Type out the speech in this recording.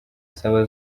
saba